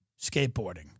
skateboarding